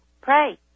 pray